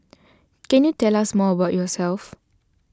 can you tell us more about yourself